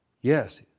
Yes